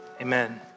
amen